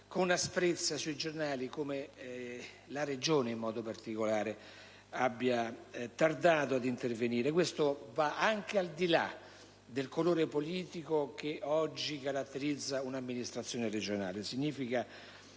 con asprezza sui giornali come la Regione, in modo particolare, abbia tardato ad intervenire. Ciò va anche al di là del colore politico che oggi caratterizza un'amministrazione regionale.